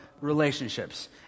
relationships